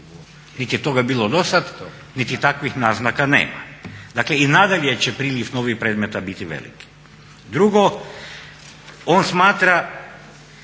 niti je toga bilo do sad, niti takvih naznaka nema. Dakle i nadalje će priliv novih predmeta biti veliki. Drugo. On smatra